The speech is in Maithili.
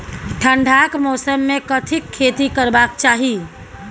ठंडाक मौसम मे कथिक खेती करबाक चाही?